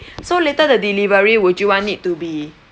so later the delivery would you want it to be